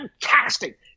fantastic